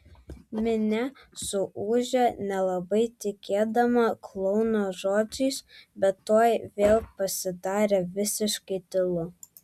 minia suūžė nelabai tikėdama klouno žodžiais bet tuoj vėl pasidarė visiškai tylu